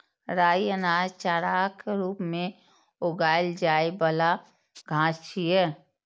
राइ अनाज, चाराक रूप मे उगाएल जाइ बला घास छियै